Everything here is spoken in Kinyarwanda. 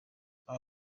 eva